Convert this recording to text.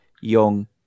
young